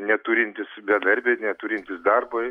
neturintys bedarbiai neturintys darbo